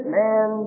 man